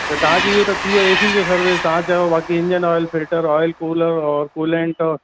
त तव्हांजी इहो त थी वियो एसी जो सर्विस तव्हां चयो बाक़ी engine oil filter oil cooler और कूलेंट